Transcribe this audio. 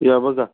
या बघा